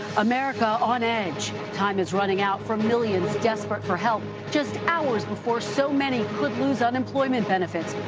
america on edge. time is running out for millions desperate for help, just hours before so many could lose unemployment benefits.